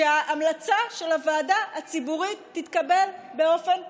שההמלצה של הוועדה הציבורית תתקבל באופן אוטומטי.